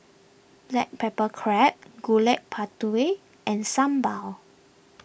Black Pepper Crab Gudeg Putih and Sambal